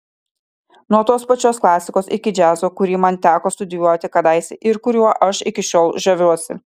nuo tos pačios klasikos iki džiazo kurį man teko studijuoti kadaise ir kuriuo aš iki šiol žaviuosi